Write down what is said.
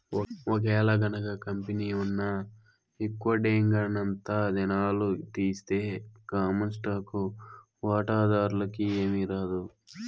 ఒకేలగనక కంపెనీ ఉన్న విక్వడేంగనంతా దినాలు తీస్తె కామన్ స్టాకు వాటాదార్లకి ఏమీరాదు